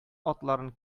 атларын